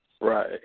Right